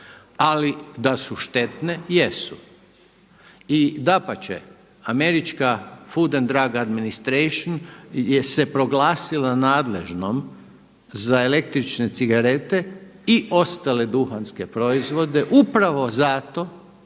ali da su štetne jesu. I dapače, američka Food and drug administration je se proglasila nadležnom za električne cigarete i ostale duhanske proizvode upravo zato